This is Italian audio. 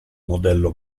modello